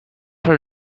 her